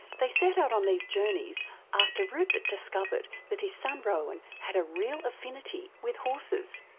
they set out on these journeys after rupert discovered that his son rowan had a real affinity with horses.